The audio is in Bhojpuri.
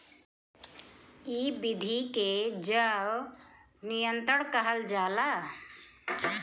इ विधि के जैव नियंत्रण कहल जाला